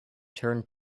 turned